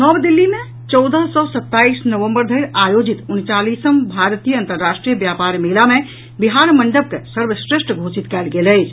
नव दिल्ली मे चौदह सॅ सताईस नवम्बर धरि आयोजित उनचालीसम भारतीय अंतर्राष्ट्रीय व्यापार मेला मे बिहार मंडप के सर्वश्रेष्ठ घोषित कयल गेल अछि